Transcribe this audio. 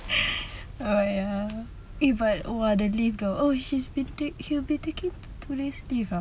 oh ya eh but !wah! the leave oh he's taking he'll be taking two days leave ah